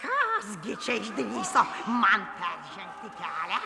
kas gi čia išdrįso man peržengti kelią